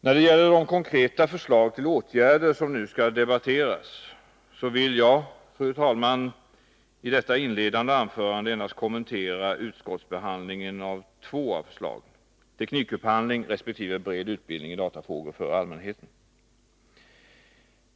När det gäller de konkreta förslag till åtgärder som nu skall debatteras vill jag, fru talman, i detta inledande anförande endast kommentera utskottsbehandlingen av två av förslagen, och det gäller teknikupphandling resp. bred utbildning i datafrågor för allmänheten.